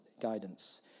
guidance